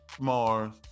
Mars